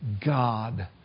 God